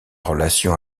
relation